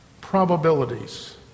probabilities